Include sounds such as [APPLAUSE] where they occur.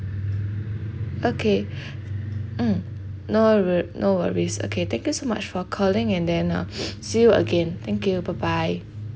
okay [BREATH] mm no we~ no worries okay thank you so much for calling and then uh [NOISE] see you again thank you bye bye